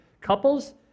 Couples